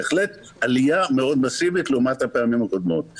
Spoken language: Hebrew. בהחלט עלייה מאוד מסיבית לעומת הפעמים הקודמות.